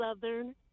Southern